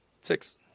Six